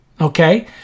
okay